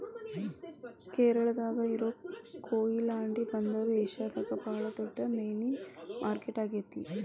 ಕೇರಳಾದಾಗ ಇರೋ ಕೊಯಿಲಾಂಡಿ ಬಂದರು ಏಷ್ಯಾದಾಗ ಬಾಳ ದೊಡ್ಡ ಮೇನಿನ ಮಾರ್ಕೆಟ್ ಆಗೇತಿ